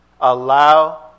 Allow